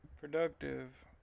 productive